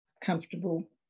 comfortable